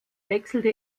wechselte